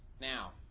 Now